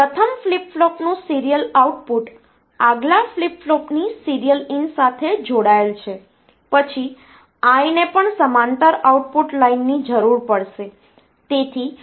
પ્રથમ ફ્લિપ ફ્લોપનું serial output આગલા ફ્લિપ ફ્લોપની સીરીયલ ઇન સાથે જોડાયેલ છે પછી "I" ને પણ સમાંતર આઉટપુટ લાઇનની જરૂર પડશે